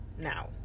now